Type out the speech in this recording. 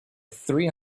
three